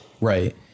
Right